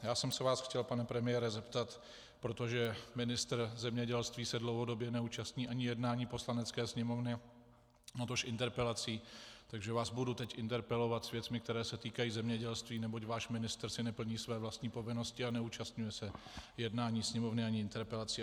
Já jsem se vás chtěl, pane premiére, zeptat, protože ministr zemědělství se dlouhodobě neúčastní ani jednání Poslanecké sněmovny, natož interpelací, takže vás budu teď interpelovat s věcmi, které se týkají zemědělství, neboť váš ministr neplní své vlastní povinnosti a neúčastní se jednání Sněmovny ani interpelací.